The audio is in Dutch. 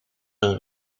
een